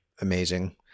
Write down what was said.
amazing